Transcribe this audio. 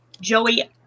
Joey